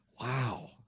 Wow